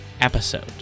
episode